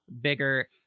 bigger